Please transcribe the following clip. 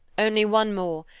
only one more,